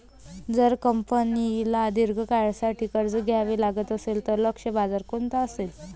जर कंपनीला दीर्घ काळासाठी कर्ज घ्यावे लागत असेल, तर लक्ष्य बाजार कोणता असेल?